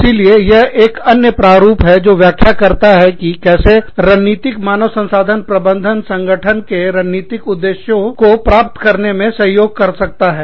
इसीलिए यह एक अन्य प्रारूप है जो व्याख्या करता है कि कैसे रणनीतिक मानव संसाधन प्रबंधन संगठन के रणनीतिक उद्देश्यों प्राप्त करने में सहयोग कर सकता है